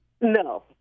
No